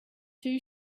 two